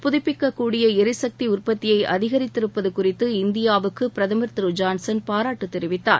புதுப்பிக்கக்கூடிய எரிசக்தி உற்பத்தியை அதிகரித்திருப்பது குறித்து இந்தியாவுக்கு பிரதமர் திரு ஜான்சன் பாராட்டு தெரிவித்தார்